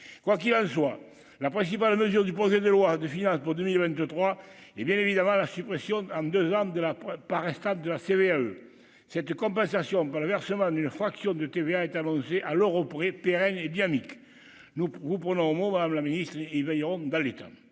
quoi qu'il a joint la principale mesure du projet de loi de finances pour 2023 et bien évidemment la suppression en 2 ans de la pointe par un stade de la CVAE cette compensation pour le versement d'une fraction de TVA est allongée à l'alors près pérenne et dynamique, nous vous prenons au mot la ministre ils veilleront, dans l'État,